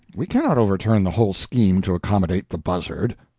we cannot overturn the whole scheme to accommodate the buzzard.